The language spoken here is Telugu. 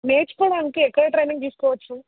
నేర్చుకోవడానికి ఎక్కడ ట్రైనింగ్ తీసుకోవచ్చు